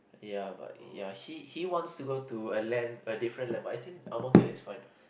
ya but ya he he wants to go to a land a different landmark I think Ang-Mo-Kio is fine